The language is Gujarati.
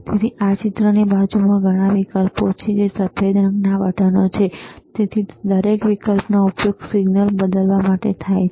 તેથી આ ચિત્રની બાજુમાં ઘણા વિકલ્પો છે જે સફેદ રંગના બટનો છેતેથી તે દરેક વિકલ્પોનો ઉપયોગ સિગ્નલ બદલવા માટે થાય છે